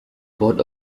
board